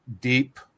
deep